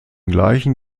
gleichen